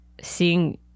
seeing